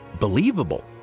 believable